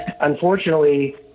unfortunately